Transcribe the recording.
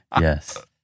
Yes